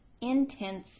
intense